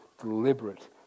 deliberate